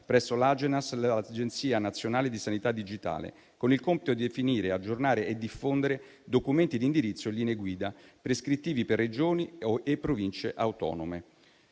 presso l'Agenas l'Agenzia nazionale di sanità digitale, con il compito di definire, aggiornare e diffondere documenti di indirizzo e linee guida prescrittivi per Regioni e Province autonome.